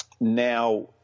now